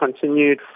continued